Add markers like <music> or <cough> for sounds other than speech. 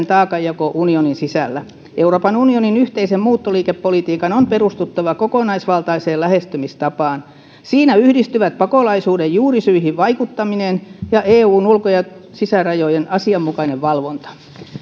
<unintelligible> taakanjako unionin sisällä euroopan unionin yhteisen muuttoliikepolitiikan on perustuttava kokonaisvaltaiseen lähestymistapaan siinä yhdistyvät pakolaisuuden juurisyihin vaikuttaminen ja eun ulko ja sisärajojen asianmukainen valvonta